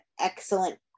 excellent